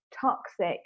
toxic